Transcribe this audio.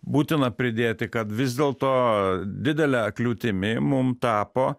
būtina pridėti kad vis dėlto didele kliūtimi mum tapo